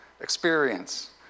experience